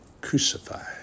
crucified